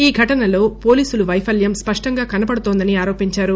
ఈ ఘటనలో పోలీసులు వైఫల్యం స్పష్టంగా కనబడుతోందని ఆరోపించారు